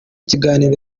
kiganiro